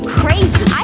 crazy